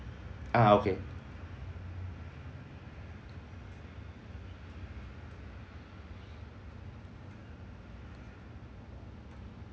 ah okay